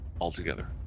altogether